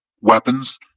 weapons